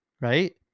right